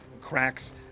cracks